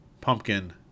pumpkin